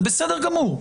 זה בסדר גמור.